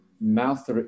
mouth